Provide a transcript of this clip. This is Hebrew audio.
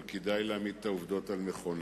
אבל כדאי להעמיד את העובדות על מכונן.